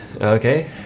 okay